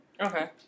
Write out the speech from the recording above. Okay